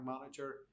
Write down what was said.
manager